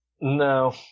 No